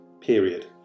period